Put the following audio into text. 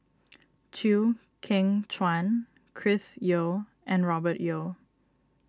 Chew Kheng Chuan Chris Yeo and Robert Yeo